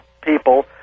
people